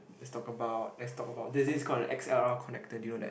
let's talk about let's talk about this this is called a X_L_R connector do you know that